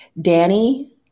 danny